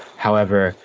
however,